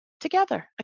together